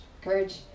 Courage